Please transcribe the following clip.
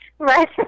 Right